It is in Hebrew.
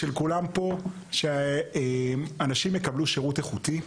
של כולם פה, היא שאנשים יקבלו שירות איכותי.